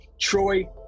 Troy